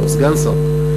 או סגן שר.